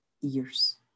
years